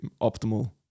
optimal